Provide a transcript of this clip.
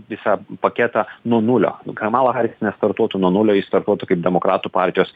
visą paketą nuo nulio kamala haris nestartuotų nuo nulio ji startuotų kaip demokratų partijos